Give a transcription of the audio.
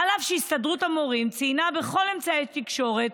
אף שהסתדרות המורים ציינה בכל אמצעי התקשורת